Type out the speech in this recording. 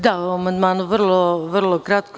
Da, o amandmanu, vrlo kratko.